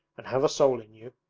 and have a soul in you.